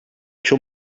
too